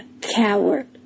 coward